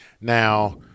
Now